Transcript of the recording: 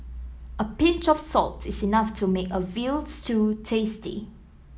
a pinch of salt is enough to make a veal stew tasty